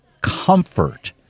comfort